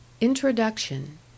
INTRODUCTION